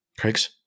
Craigs